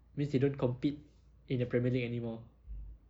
it means you don't compete in the premier league anymore